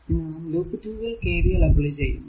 ഇനി നാം ലൂപ്പ് 2 ൽ KVL അപ്ലൈ ചെയ്യുന്നു